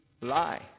lie